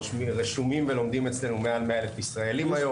רשומים ולומדים אצלנו מעל 100,000 ישראלים היום.